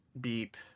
Beep